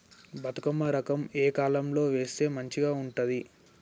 బతుకమ్మ రకం ఏ కాలం లో వేస్తే మంచిగా ఉంటది?